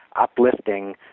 uplifting